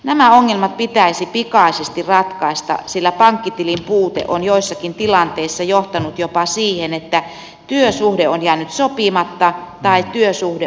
nämä ongelmat pitäisi pikaisesti ratkaista sillä pankkitilin puute on joissakin tilanteissa johtanut jopa siihen että työsuhde on jäänyt sopimatta tai työsuhde on päättynyt